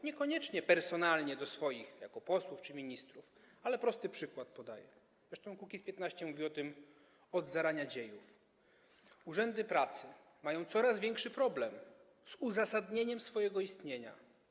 Niekoniecznie personalnie do swoich jako posłów czy ministrów, ale podaję prosty przykład, zresztą Kukiz’15 mówi o tym od zarania dziejów - urzędy pracy mają coraz większy problem z uzasadnieniem swojego istnienia.